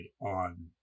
on